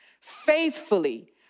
faithfully